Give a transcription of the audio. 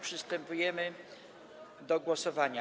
Przystępujemy do głosowania.